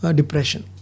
depression